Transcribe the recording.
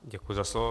Děkuji za slovo.